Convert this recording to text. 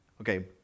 okay